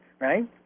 right